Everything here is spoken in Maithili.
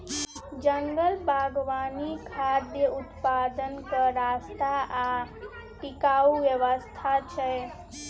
जंगल बागवानी खाद्य उत्पादनक सस्ता आ टिकाऊ व्यवस्था छै